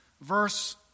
Verse